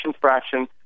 fraction